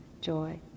joy